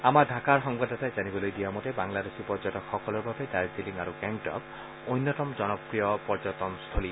আমাৰ ঢাকাৰ সংবাদদাতাই জানিবলৈ দিয়া মতে বাংলাদেশী পৰ্যটকসকলৰ বাবে দাৰ্জিলিং আৰু গেংটক অন্যতম জনপ্ৰিয় পৰ্যটনস্থলী